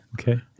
Okay